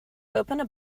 opened